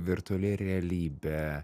virtuali realybė